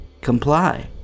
Comply